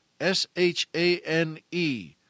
S-H-A-N-E